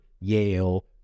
Yale